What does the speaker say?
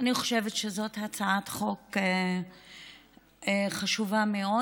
אני חושבת שזאת הצעת חוק חשובה מאוד,